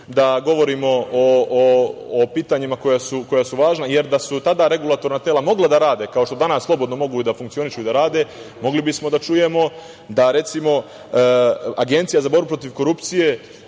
da govorimo o pitanjima koja su važna, jer da su tada regulatorna tela mogla da rade, kao što danas mogu slobodno da funkcionišu i da rade, mogli bismo da čujemo da, recimo, Agencija za borbu protiv korupcije